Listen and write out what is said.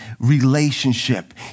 relationship